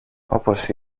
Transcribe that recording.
όπως